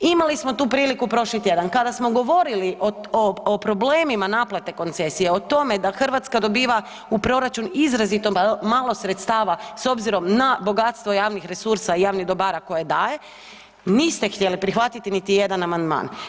Imali smo tu priliku prošli tjedan kada smo govorili o, o, o problemima naplate koncesije, o tome da Hrvatska dobiva u proračun izrazito malo sredstava s obzirom na bogatstvo javnih resursa i javnih dobara koje daje, niste htjeli prihvatiti niti jedan amandman.